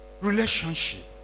relationship